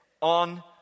on